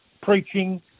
preaching